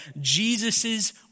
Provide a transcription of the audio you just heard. Jesus's